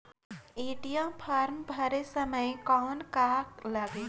ATM form भरे समय कौन का लगेल?